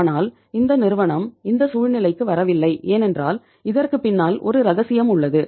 ஆனால் இந்த நிறுவனம் இந்த சூழ்நிலைக்கு வரவில்லை ஏனென்றால் இதற்க்கு பின்னால் ஒரு ரகசியம் உள்ளது